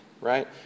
right